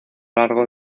largo